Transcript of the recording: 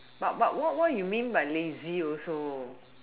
but but what what you mean by lazy also